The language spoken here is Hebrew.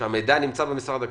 המידע נמצא במשרד הקליטה,